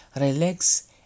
Relax